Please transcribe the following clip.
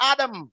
Adam